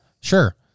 sure